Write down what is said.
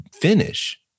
finish